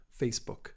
Facebook